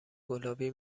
گلابی